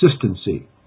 consistency